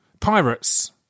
Pirates